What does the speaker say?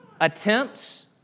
attempts